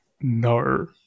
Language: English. No